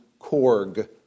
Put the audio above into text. Korg